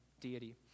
deity